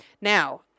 Now